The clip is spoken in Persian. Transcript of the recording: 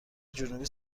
جنوبی